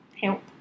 help